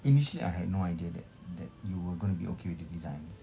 initially I had no idea that that you were gonna be okay with the designs